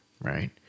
Right